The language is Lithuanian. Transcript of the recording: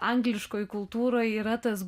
angliškoj kultūroj yra tas